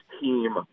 team